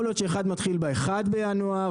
יכול להיות שאחד מתחיל ב-1 בינואר,